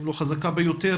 אם לא חזקה ביותר,